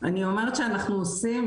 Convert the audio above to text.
אני אומרת שאנחנו עושים,